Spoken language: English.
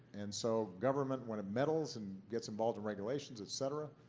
and so government when it meddles and gets involved in regulations, et cetera,